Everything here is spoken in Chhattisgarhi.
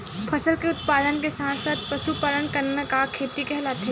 फसल के उत्पादन के साथ साथ पशुपालन करना का खेती कहलाथे?